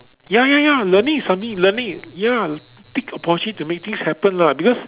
ya ya ya learning is something learning ya take opportunity to make things happen lah because